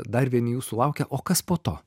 dar vieni jūsų laukia o kas po to